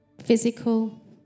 Physical